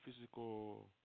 physical